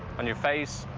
on your face?